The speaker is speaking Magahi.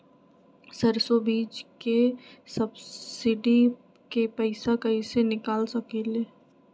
सरसों बीज के सब्सिडी के पैसा कईसे निकाल सकीले?